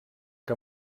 que